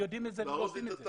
הם יודעים אבל לא עושים.